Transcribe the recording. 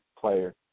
player